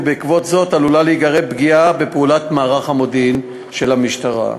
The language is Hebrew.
ובעקבות זאת עלולה להיגרם פגיעה בפעולת מערך המודיעין של המשטרה.